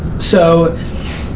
so,